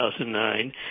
2009